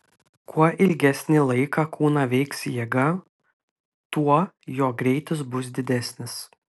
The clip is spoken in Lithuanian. kuo ilgesnį laiką kūną veiks jėga tuo jo greitis bus didesnis